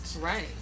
Right